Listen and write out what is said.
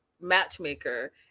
matchmaker